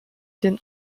den